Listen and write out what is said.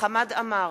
חמד עמאר,